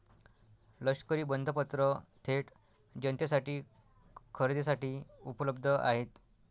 लष्करी बंधपत्र थेट जनतेसाठी खरेदीसाठी उपलब्ध आहेत